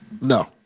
No